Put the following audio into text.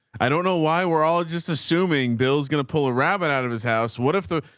i don't know why. we're all just assuming bill's gonna pull a rabbit out of his house. what if the,